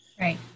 right